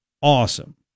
awesome